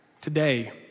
today